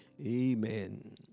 Amen